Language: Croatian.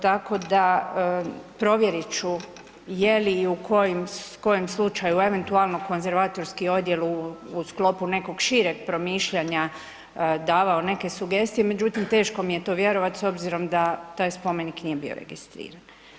Tako da provjerit ću je li i u kojem slučaju eventualno konzervatorski odjel u sklopu nekog šireg promišljanja davao neke sugestije, međutim teško mi je to vjerovati s obzirom da taj spomenik nije bio registriran.